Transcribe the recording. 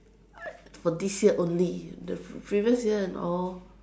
for this year only the previous year and all